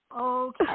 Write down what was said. Okay